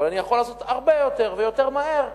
אבל אני יכול לעשות הרבה יותר ויותר מהר,